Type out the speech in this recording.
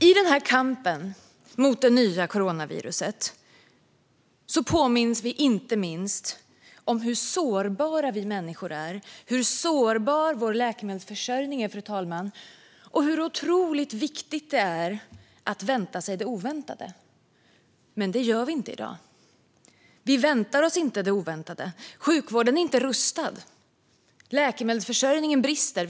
I kampen mot det nya coronaviruset påminns vi inte minst om hur sårbara vi människor är, hur sårbar vår läkemedelsförsörjning är, fru talman, och hur otroligt viktigt det är att vänta sig det oväntade. Men det gör vi inte i dag. Vi väntar oss inte det oväntade. Sjukvården är inte rustad. Läkemedelsförsörjningen brister.